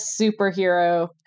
superhero